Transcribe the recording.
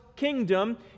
kingdom